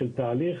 תהליך